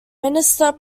minister